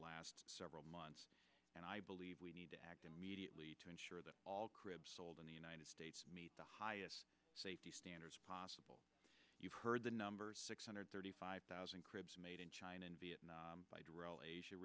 last several months and i believe we need to act immediately to ensure that all cribs sold in the united states meet the highest safety standards possible you've heard the numbers six hundred thirty five thousand cribs made in china and vietnam